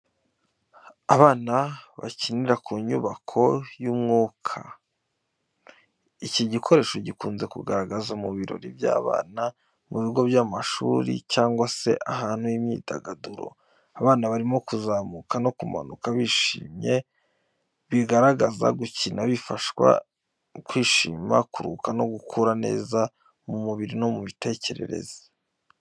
Abana bakinira ku nyubako y’umwuka. Iki gikoresho gikunze kugaragara mu birori by'abana, mu bigo by'amashuri cyangwa ahantu h’imyidagaduro. Abana barimo kuzamuka no kumanuka bishimye, bigaragaza gukina bibafasha kwishima, kuruhuka no gukura neza mu mubiri no mu mitekerereze.